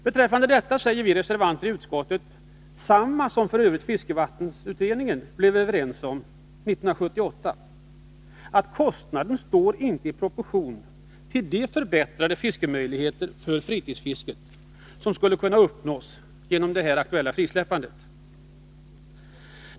Beträffande detta säger vi reservanter i utskottet detsamma som f. ö. fiskevattensutredningen var överens om 1978, nämligen att kostnaden inte står i proportion till de förbättrade fiskemöjligheter för fritidsfisket som skulle kunna uppnås genom ett frisläppande.